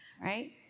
right